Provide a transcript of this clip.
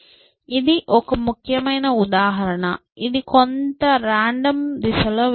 ఇది ఒక ముఖ్యమైన ఉదాహరణ ఇది కొంత రాండమ్ దిశలో వెళుతుంది